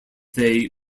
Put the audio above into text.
they